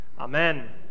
Amen